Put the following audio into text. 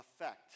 effect